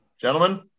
Gentlemen